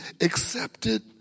accepted